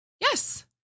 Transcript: yes